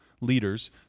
leaders